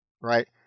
right